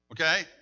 Okay